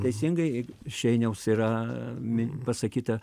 teisingai šeiniaus yra mi pasakyta